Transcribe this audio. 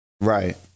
right